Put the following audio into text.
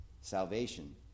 Salvation